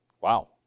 wow